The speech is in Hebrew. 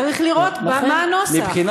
צריך לראות מה הנוסח.